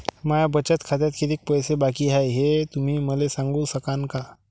माया बचत खात्यात कितीक पैसे बाकी हाय, हे तुम्ही मले सांगू सकानं का?